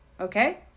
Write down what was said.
Okay